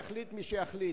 יחליט מי שיחליט,